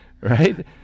right